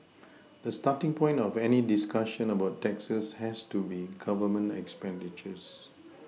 the starting point of any discussion about taxes has to be Government expenditures